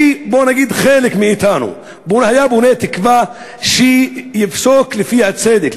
בואו נגיד שחלק מאתנו היה בו תקווה שיפסוק לפי הצדק,